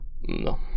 No